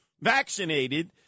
vaccinated